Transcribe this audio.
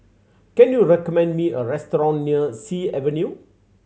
can you recommend me a restaurant near Sea Avenue